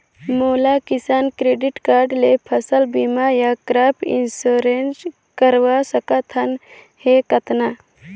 मोला Kisan credit card ले फसल बीमा या क्रॉप इंश्योरेंस करवा सकथ हे कतना?